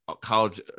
college